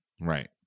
Right